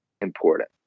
important